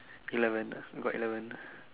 eleven ah got eleven